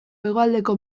hegoaldeko